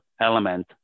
element